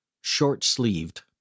short-sleeved